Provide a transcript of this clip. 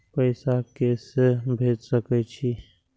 पैसा के से भेज सके छी?